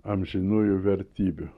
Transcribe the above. amžinųjų vertybių